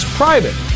private